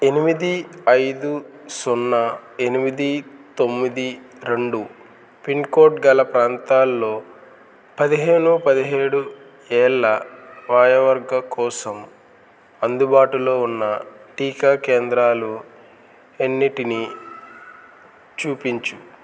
ఎనిమిది ఐదు సున్నా ఎనిమిది తొమ్మిది రెండు పిన్కోడ్ గల ప్రాంతాలో పదిహేను పదిహేడు ఏళ్ళ వయోవర్గకోసం అందుబాటులో ఉన్నా టీకా కేంద్రాలు ఎన్నిటిని చూపించు